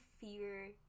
fear